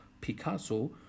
Picasso